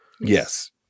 yes